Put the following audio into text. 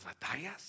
batallas